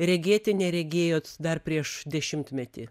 regėti neregėjot dar prieš dešimtmetį